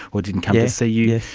or didn't come to see you,